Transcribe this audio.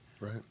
Right